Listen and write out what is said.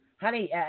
honey